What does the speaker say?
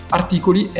articoli